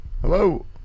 Hello